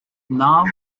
now